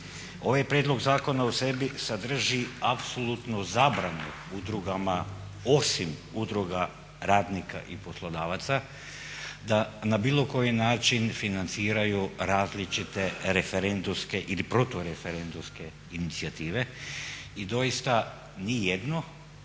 Ovaj prijedlog zakona u sebi sadrži apsolutnu zabranu udrugama osim udruga radnika i poslodavaca da na bilo koji način financiraju različite referendumske ili protureferendumske inicijative i doista nijedno